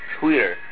Twitter